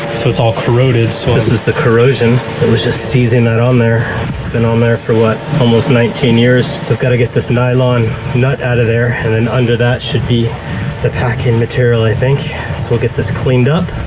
so it's all corroded. so this is the corrosion that was just seizing on there. it's been on there for what? almost nineteen years. so i've got to get this nylon nut out of there. and then under that should be the packing material i think. so we'll get this cleaned up.